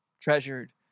Treasured